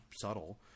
subtle